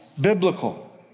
biblical